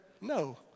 No